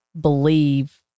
believe